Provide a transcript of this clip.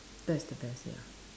that's the best ya